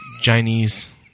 Chinese